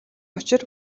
учир